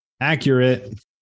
Accurate